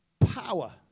Power